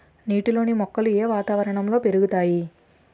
నీటిలోని మొక్కలు ఏ వాతావరణంలో పెరుగుతాయి?